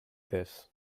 this